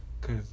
cause